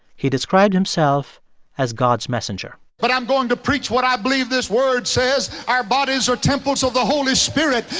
he described himself as god's messenger but i'm going to preach what i believe this word says. our bodies are temples of the holy spirit.